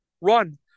run